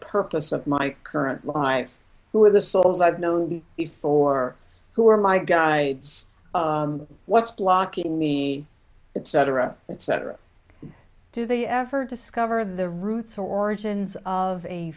purpose of my current lives who are the souls i've known before who are my guy what's blocking me and cetera et cetera do they ever discover the root origins of a